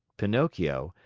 pinocchio,